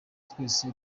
twese